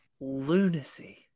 Lunacy